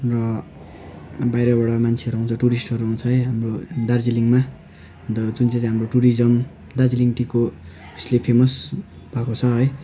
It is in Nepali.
र बाहिरबाट मान्छेहरू आउँछ टुरिस्टहरू आउँछ है हाम्रो दार्जिलिङमा अन्त जुन चाहिँ चाहिँ हाम्रो टुरिज्म दार्जिलिङ टीको यसले फेमस भएको छ है